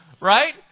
Right